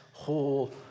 whole